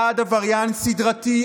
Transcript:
בעד עבריין סדרתי,